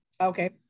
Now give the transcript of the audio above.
Okay